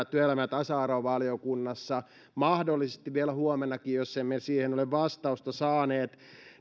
työelämä ja tasa arvovaliokunnassa mahdollisesti vielä huomennakin jos emme siihen vastausta ole saaneet